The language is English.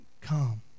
come